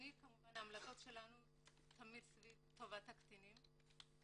ההמלצות שלנו תמיד סביב טובת הקטינים.